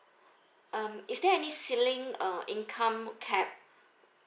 um is there any ceiling uh income cap